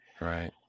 Right